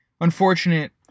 Unfortunate